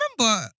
remember